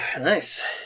Nice